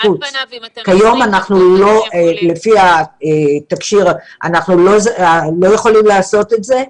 כיום לפי התקשי"ר אנחנו לא יכולים לעשות את זה,